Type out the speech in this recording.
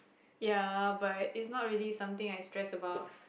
ya but it's not really something I stress about